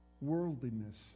worldliness